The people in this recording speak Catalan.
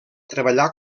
treballar